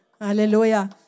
Hallelujah